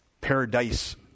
paradise